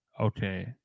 okay